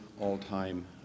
all-time